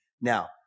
now